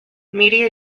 media